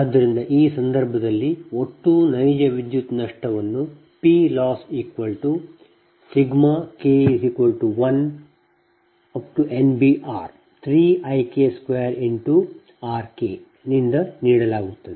ಆದ್ದರಿಂದ ಆ ಸಂದರ್ಭದಲ್ಲಿ ಒಟ್ಟು ನೈಜ ವಿದ್ಯುತ್ ನಷ್ಟವನ್ನು PLossK1NBR3IK2RK ನಿಂದ ನೀಡಲಾಗುತ್ತದೆ